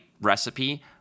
recipe